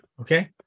Okay